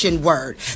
word